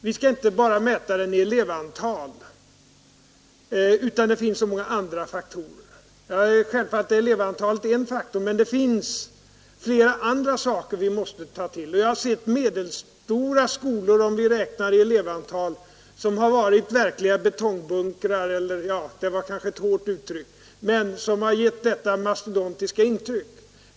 Vi skall inte bara mäta skolorna i elevantal utan också med hänsyn till andra faktorer. Jag har sett till elevantalet medelstora skolor, som har varit verkliga betongbunkrar eller — det var kanske ett hårt uttryck — som åtminstone har givit ett mastodontiskt intryck.